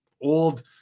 old